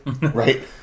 Right